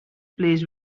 place